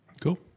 Cool